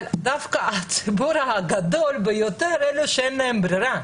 אבל דווקא הציבור הגדול ביותר הוא של אלה שאין להם ברירה.